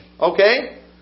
okay